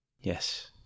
Yes